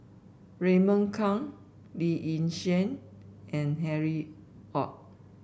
Raymond Kang Lee Yi Shyan and Harry Ord